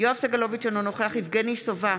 יואב סגלוביץ' אינו נוכח יבגני סובה,